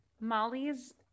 molly's